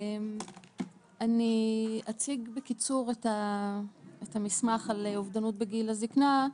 אני אציג בקיצור את המסמך על אובדנות בגיל הזקנה,